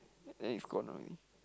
then it's gone already